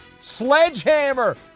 Sledgehammer